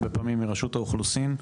הרבה פעמים מרשות האוכלוסין,